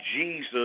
Jesus